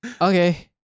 Okay